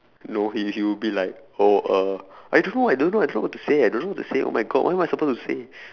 no he he would be like oh uh I don't know I don't know I don't know what to say I don't know what to say oh my god what am I supposed to say